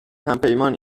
همپیمان